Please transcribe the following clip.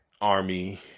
army